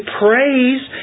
praise